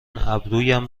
ابرویم